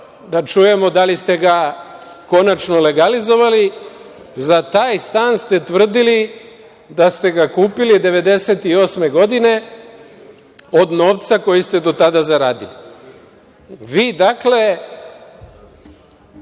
da čujemo da li ste ga konačno legalizovali. Za taj stan ste tvrdili da ste ga kupili 1998. godine od novca koji ste do tada zaradili. Vi, dakle,